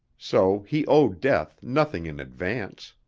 so he owed death nothing in advance.